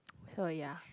so ya